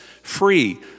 free